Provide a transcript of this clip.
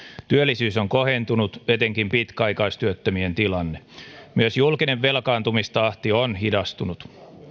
työllisyys on kohentunut etenkin pitkäaikaistyöttömien tilanne myös julkinen velkaantumistahti on hidastunut